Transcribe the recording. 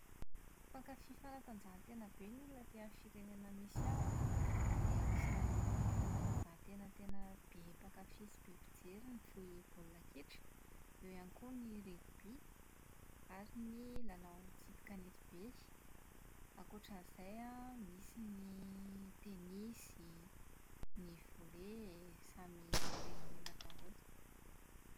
Mpankafy fanatanjahantena be ny olona aty amin'ny firenena misy ahy an, dia anisan'ny fanatanjahantena tena be mpankafy sy be mpijery ny v- baolina kitra, eo ihany koa ny rugby, ary ny lalao tsipy kanety be. Ankoatra an'izay an, misy ny tenisy, ny volley, samy jeren'ny olona daholo.